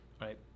right